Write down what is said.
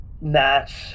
match